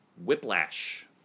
Whiplash